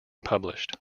published